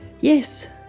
Yes